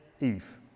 Eve